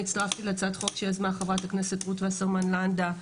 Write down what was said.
להצעת החוק שיזמה חברת הכנסת רות וסרמן לנדא,